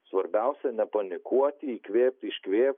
svarbiausia nepanikuoti įkvėpt iškvėpt